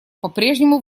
попрежнему